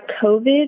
COVID